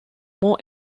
more